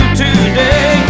today